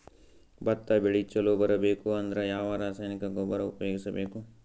ಭತ್ತ ಬೆಳಿ ಚಲೋ ಬರಬೇಕು ಅಂದ್ರ ಯಾವ ರಾಸಾಯನಿಕ ಗೊಬ್ಬರ ಉಪಯೋಗಿಸ ಬೇಕು?